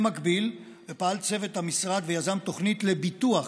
במקביל פעל צוות המשרד ויזם תוכנית לביטוח